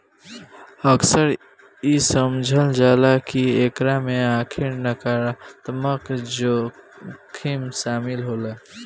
अक्सर इ समझल जाला की एकरा में खाली नकारात्मक जोखिम शामिल होला